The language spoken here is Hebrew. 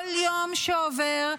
כל יום שעובר,